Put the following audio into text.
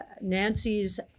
Nancy's